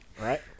Right